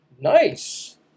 Nice